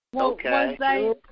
Okay